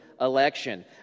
election